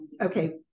okay